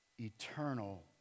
eternal